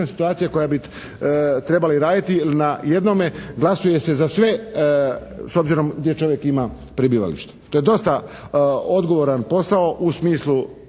situacija koja bi trebala i raditi jer na jednome glasuje se za sve s obzirom gdje čovjek ima prebivalište. To je dosta odgovoran posao u smislu